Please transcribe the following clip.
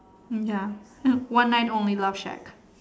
ya one night only love shack